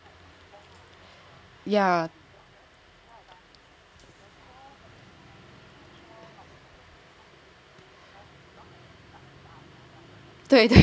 yeah